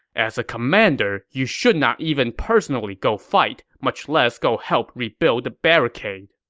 as a commander, you should not even personally go fight, much less go help rebuild the barricade.